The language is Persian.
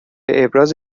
ابراز